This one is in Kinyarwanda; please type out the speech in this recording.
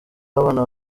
w’abana